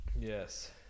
yes